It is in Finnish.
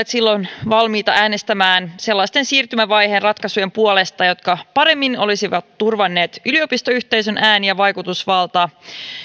silloin valmiita äänestämään sellaisten siirtymävaiheen ratkaisujen puolesta jotka paremmin olisivat turvanneet yliopistoyhteisön ääni ja vaikutusvaltaa